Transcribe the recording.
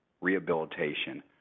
rehabilitation